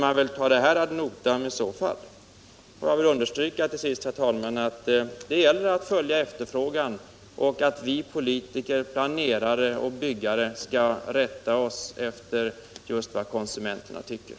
Jag vill till sist understryka, herr talman, att det gäller att följa efterfrågan och att vi politiker, planerare och byggare skall rätta oss just efter vad konsumenterna tycker.